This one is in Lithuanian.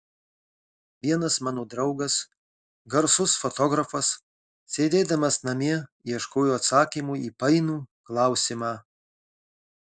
vienas mano draugas garsus fotografas sėdėdamas namie ieškojo atsakymo į painų klausimą